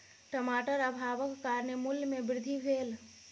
टमाटर अभावक कारणेँ मूल्य में वृद्धि भेल